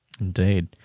Indeed